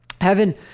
Heaven